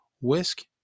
whisk